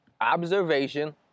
Observation